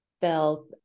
felt